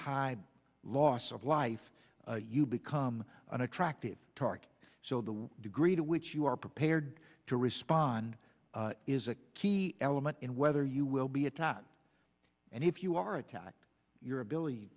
high loss of life you become an attractive target so the degree to which you are prepared to respond is a key element in whether you will be a tot and if you are attacked your ability